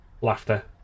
Laughter